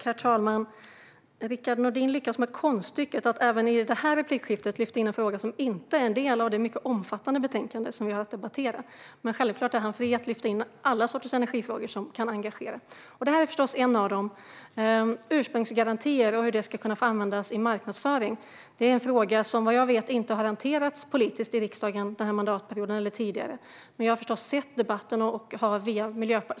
Herr talman! Rickard Nordin lyckas med konststycket att även i detta replikskifte lyfta in en fråga som inte är en del av det mycket omfattande betänkande som vi har att debattera. Men han får självfallet lyfta in alla sorters energifrågor som kan engagera, och det här är förstås en av dem. Ursprungsgarantier och hur de ska få användas i marknadsföring är en fråga som, vad jag vet, inte har hanterats politiskt i riksdagen under denna eller tidigare mandatperioder, men jag har förstås sett att det finns en debatt.